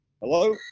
Hello